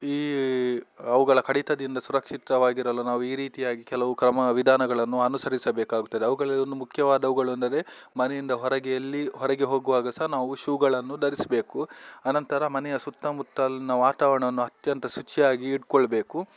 ಈ ಅವುಗಳ ಕಡಿತದಿಂದ ಸುರಕ್ಷಿತವಾಗಿರಲು ನಾವು ಈ ರೀತಿಯಾಗಿ ಕೆಲವು ಕ್ರಮ ವಿಧಾನಗಳನ್ನು ಅನುಸರಿಸಬೇಕಾಗುತ್ತದೆ ಅವುಗಳಲ್ಲಿ ಒಂದು ಮುಖ್ಯವಾದವುಗಳೆಂದರೆ ಮನೆಯಿಂದ ಹೊರಗೆ ಎಲ್ಲಿ ಹೊರಗೆ ಹೋಗುವಾಗ ಸಹ ನಾವು ಶೂಗಳನ್ನು ಧರಿಸಬೇಕು ಅನಂತರ ಮನೆಯ ಸುತ್ತಮುತ್ತಲಿನ ವಾತಾವರಣವನ್ನು ಅತ್ಯಂತ ಶುಚಿಯಾಗಿ ಇಟ್ಕೊಳ್ಬೇಕು